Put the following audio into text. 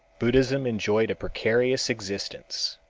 buddhism enjoyed a precarious existence.